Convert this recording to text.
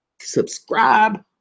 subscribe